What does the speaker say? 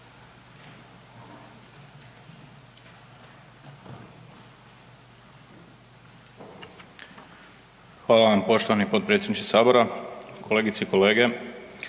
Hvala vam poštovani potpredsjedniče Sabora. Kolegice i kolege.